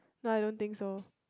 now I don't think so